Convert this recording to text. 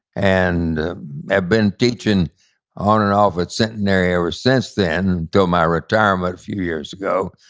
and i've been teaching on and off at centenary ever since then, though my retirement a few years ago.